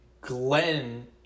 Glenn